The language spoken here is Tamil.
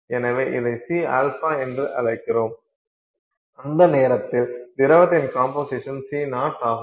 எனவே இதை Cα என்று அழைக்கிறோம் அந்த நேரத்தில் திரவத்தின் கம்போசிஷன் C0 ஆகும்